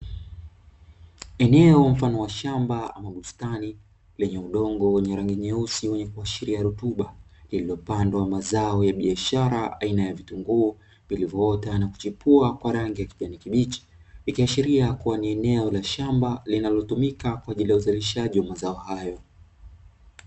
Eneo mfano wa shamba ama bustani lenye udongo wenye rangi nyeusi mwenye kuashiria rutuba lililopandwa mazao ya biashara aina ya vitunguu vilivyota na kuchipua kwa rangi ya kijani kibichi, ikiashiria kuwa ni eneo la shamba linalotumika kwa ajili ya uzalishaji wa mazao hayo.